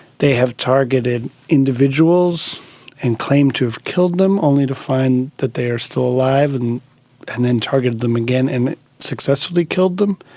they have targeted individuals and claimed to have killed them, only to find that they are still alive and and then targeted them again and then successfully killed them,